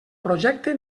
projecte